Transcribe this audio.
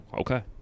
Okay